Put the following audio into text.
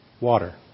water